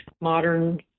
modern